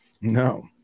no